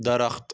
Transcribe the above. درخت